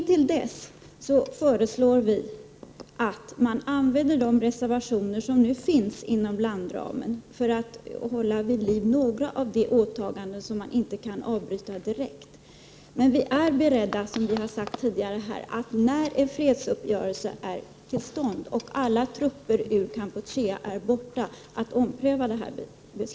Till dess föreslår vi att man använder de reservationer som nu finns inom blandramen för att kunna hålla vid liv några av de åtaganden som inte kan avbrytas direkt. Som vi tidigare sagt är vi beredda att ompröva det här beslutet när en fredsuppgörelse kommit till stånd och alla vietnamesiska trupper är borta från Kampuchea.